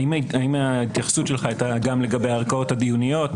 האם ההתייחסות שלך הייתה גם לגבי הערכאות הדיוניות?